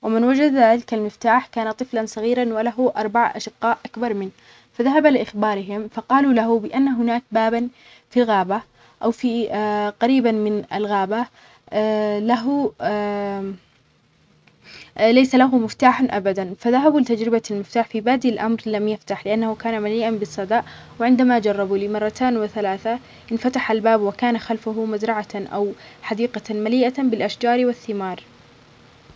ومن وجد ذلك المفتاح كان طفلًا صغيرًا وله اربع اشقاء اكبر منه فذهب لإخبارهم فقالوا له بان هناك بابًا في الغابة او في قريبًا من الغابة له ا ليس له مفتاح ابدًا فذهبوا لتجربة المفتاح في بادئ الامر لانه كان مليئا بالصدأ وعندما جربوا لمرتان وثلاثة انفتح الباب وكان خلفه مزرعة او حديقة مليئة بالاشجار والثمار.